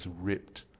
ripped